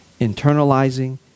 internalizing